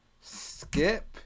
Skip